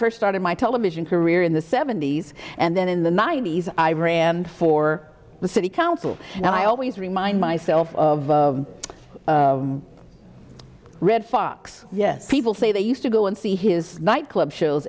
first started my television career in the seventy's and then in the ninety's i ran for city council and i always remind myself of red fox yes people say they used to go and see his nightclub shows